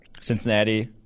Cincinnati